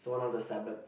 so one of the Sabbath